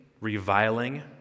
reviling